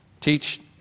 teach